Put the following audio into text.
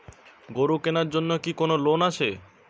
গরু কেনার জন্য কি কোন লোন আছে?